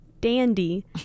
dandy